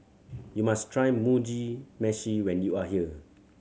you must try Mugi Meshi when you are here